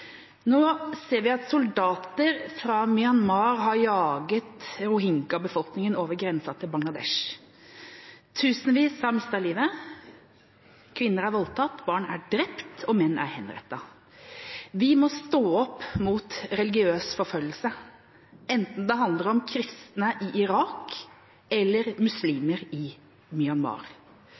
Nå ser vi at soldater fra Myanmar har jaget rohingya-befolkningen over grensen til Bangladesh. Tusenvis har mistet livet, kvinner er voldtatt, barn er drept, og menn er henrettet. Vi må stå opp mot religiøs forfølgelse, enten det handler om kristne i Irak eller muslimer i Myanmar.